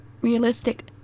realistic